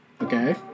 Okay